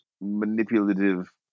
manipulative